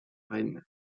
reine